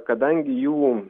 kadangi jų